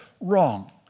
Wrong